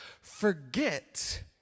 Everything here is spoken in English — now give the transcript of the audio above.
forget